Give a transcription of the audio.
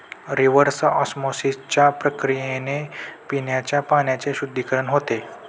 reverse ऑस्मॉसिसच्या प्रक्रियेने पिण्याच्या पाण्याचे शुद्धीकरण होते